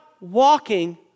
walking